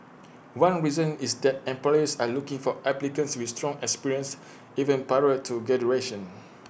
one reason is that employers are looking for applicants with strong experience even prior to graduation